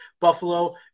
Buffalo